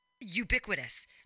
ubiquitous